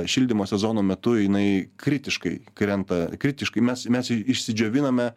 šildymo sezono metu jinai kritiškai krenta kritiškai mes mes išsidžioviname